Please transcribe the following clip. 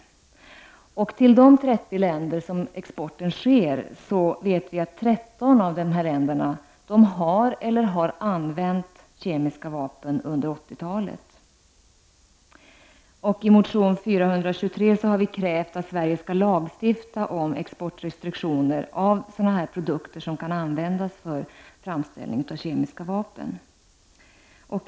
Vi vet också att 13 av de 30 länder som export sker till har eller har haft använt kemiska vapen under 80 I motion 1989/90:U423 har vi krävt att Sverige skall lagstifta om exportrestriktioner för produkter som kan användas vid framställning av kemiska vapen.